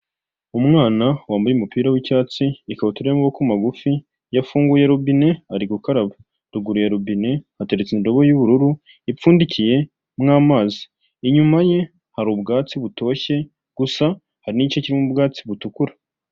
Umwana wambaye umupira w'icyatsi, ikabutura y'amaboko magufi, yafunguye robine, ari gukaraba. Ruguru ya rubine hateretse indobo y'ubururu ipfundikiyemo amazi, inyuma ye hari ubwatsi butoshye gusa hari n'igice kirimo ubwatsi butukura.